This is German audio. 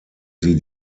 sie